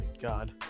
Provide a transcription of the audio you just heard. God